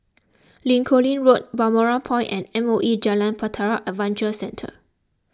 Lincoln Road Balmoral Point and M O E Jalan Bahtera Adventure Centre